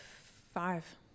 five